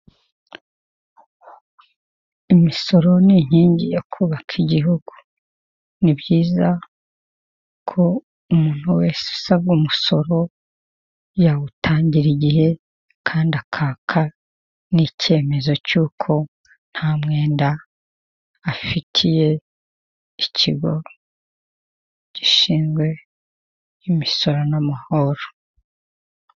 Umuhanda w'umukara aho uganisha ku bitaro byitwa Sehashiyibe, biri mu karere ka Huye, aho hahagaze umuntu uhagarika imodoka kugirango babanze basuzume icyo uje uhakora, hakaba hari imodoka nyinshi ziparitse.